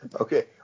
Okay